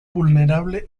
vulnerable